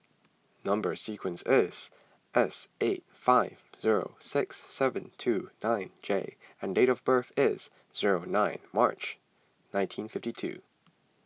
Number Sequence is S eight five zero six seven two nine J and date of birth is zero nine March nineteen fifty two